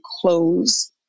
close